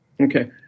Okay